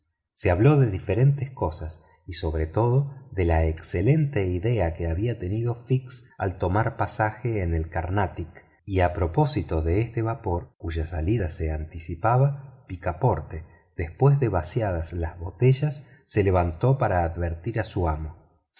se habló de diferentes cosas y sobre todo de la excelente idea que había tenido fix al tomar pasaje en el carnatic y a propósito de este vapor cuya salida se anticipaba picaporte después de vaciadas las botellas se levantó para advertir a su amo